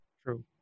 true